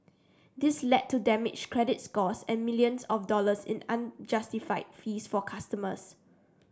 this led to damaged credit scores and millions of dollars in unjustified fees for customers